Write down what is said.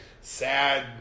sad